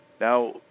Now